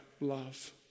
love